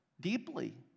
deeply